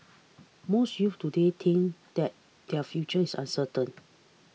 most youths today think that their future is uncertain